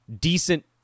decent